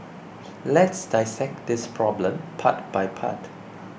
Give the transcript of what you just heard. let's dissect this problem part by part